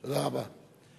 תודה רבה.